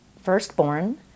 firstborn